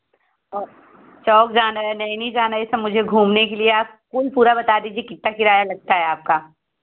और चौक जाना हे नैनी जाना है यह सब मुझे घूमने के लिए आप कुल पूरा बता दीजिए की कितना किराया लगता है आपका